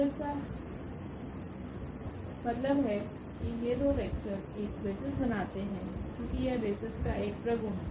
तो इसका मतलब है कि ये दो वेक्टर एक बेसिस बनाते हैं क्योंकि यह बेसिस का एक प्रगुण है